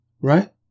right